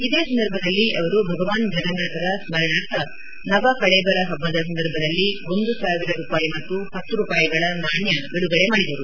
ಇದೇ ಸಂದರ್ಭದಲ್ಲಿ ಅವರು ಭಗವಾನ್ ಜಗನ್ನಾಥರ ಸ್ಮರಣಾರ್ಥ ನಬಕಳೇಬರ ಹಬ್ಬದ ಸಂದರ್ಭದಲ್ಲಿ ಒಂದು ಸಾವಿರ ರೂಪಾಯಿ ಮತ್ತು ಹತ್ತು ರೂಪಾಯಿಗಳ ನಾಣ್ಣ ಬಿಡುಗಡೆ ಮಾಡಿದರು